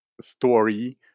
story